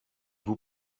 vous